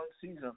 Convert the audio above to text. season